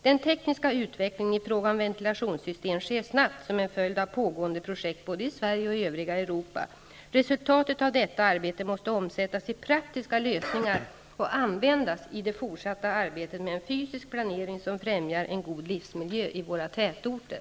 Den tekniska utvecklingen i fråga om ventilationssystem sker snabbt som en följd av pågående projekt både i Sverige och i övriga Europa. Resultatet av detta arbete måste omsättas i praktiska lösningar och användas i det fortsatta arbetet med en fysisk planering som främjar en god livsmiljö i våra tätorter.